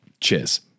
Cheers